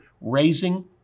raising